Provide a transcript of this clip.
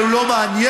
אתה לא מתבייש?